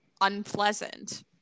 unpleasant